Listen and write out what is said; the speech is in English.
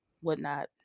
whatnot